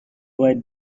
why